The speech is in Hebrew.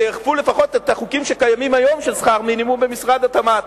שיאכפו לפחות את החוקים שקיימים היום של שכר מינימום במשרד התמ"ת.